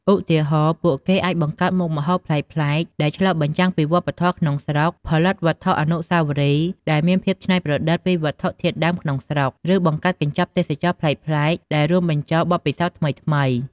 ឧទាហរណ៍ ពួកគេអាចបង្កើតមុខម្ហូបប្លែកៗដែលឆ្លុះបញ្ចាំងពីវប្បធម៌ក្នុងស្រុក ផលិតវត្ថុអនុស្សាវរីយ៍ដែលមានភាពច្នៃប្រឌិតពីវត្ថុធាតុដើមក្នុងស្រុក ឬបង្កើតកញ្ចប់ទេសចរណ៍ប្លែកៗដែលរួមបញ្ចូលបទពិសោធន៍ថ្មីៗ។